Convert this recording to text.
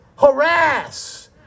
harass